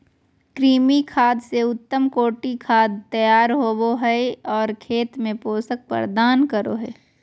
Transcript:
कृमि खाद से उत्तम कोटि खाद तैयार होबो हइ और खेत में पोषक प्रदान करो हइ